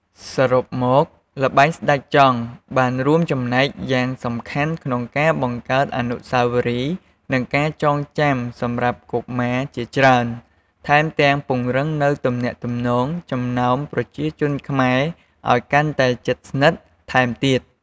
សរុបមក ល្បែងស្ដេចចង់ បានរួមចំណែកយ៉ាងសំខាន់ក្នុងការបង្កើតអនុស្សាវរីយ៍និងការចងចាំសម្រាប់កុមារជាច្រើន ថែមទាំងពង្រឹងនូវទំនាក់ទំនងចំណោមប្រជាជនខ្មែរឲ្យកាន់តែ ជិតស្និទ្ធ ថែមទៀត។